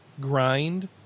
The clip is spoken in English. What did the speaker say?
grind